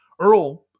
Earl